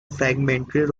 fragmentary